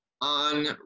on